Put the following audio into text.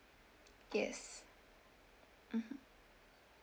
yes mmhmm